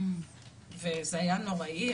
זה היה נוראי,